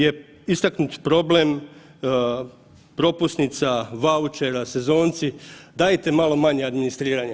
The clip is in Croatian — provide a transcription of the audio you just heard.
Također je istaknut problem propusnica, vaučera, sezonci, dajte malo manje administriranja.